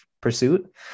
pursuit